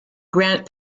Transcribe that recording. grant